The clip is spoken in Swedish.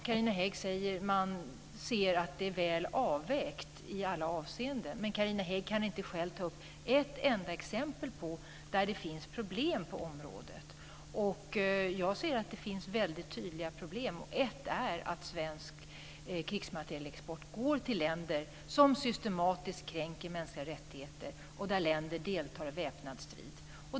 Carina Hägg säger att det hela är väl avvägt i alla avseenden. Men hon kan inte nämna ett enda exempel där det finns problem. Jag ser att det finns väldigt tydliga problem, och ett av dem är att svensk krigsmaterielexport går till länder som systematiskt kränker mänskliga rättigheter och till länder som deltar i väpnad strid.